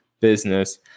business